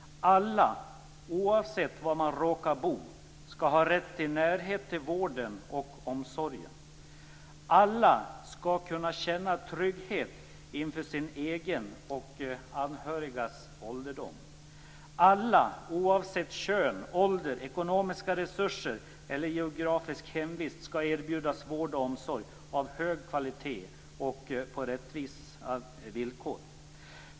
Alla, oavsett var man råkar bo, skall ha rätt till närhet till vården och omsorgen. Alla skall kunna känna trygghet inför sin egen och anhörigas ålderdom. Alla, oavsett kön, ålder, ekonomiska resurser eller geografisk hemvist skall erbjudas vård och omsorg av hög kvalitet och på rättvisa villkor.